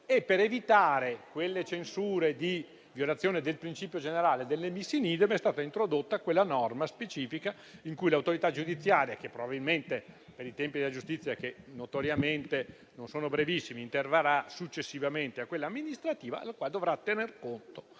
e, per evitare le censure relative alla violazione del principio generale del *ne bis in idem,* è stata introdotta una norma specifica, in base alla quale l'autorità giudiziaria - che probabilmente, per i tempi della giustizia, che notoriamente non sono brevissimi, interverrà successivamente a quella amministrativa - dovrà tener conto